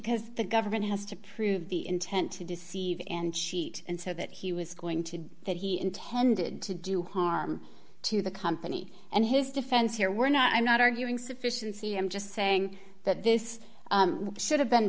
because the government has to prove the intent to deceive and sheet and so that he was going to that he intended to do harm to the company and his defense here were not i'm not arguing sufficiency i'm just saying that this should have been